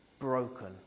broken